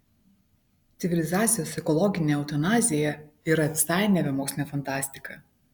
civilizacijos ekologinė eutanazija yra visai nebe mokslinė fantastika